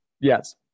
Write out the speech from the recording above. Yes